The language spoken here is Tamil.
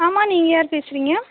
ஆமாம் நீங்கள் யார் பேசுறீங்க